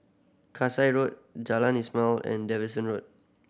Kasai Road Jalan Ismail and Davidson Road